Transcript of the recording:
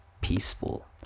peaceful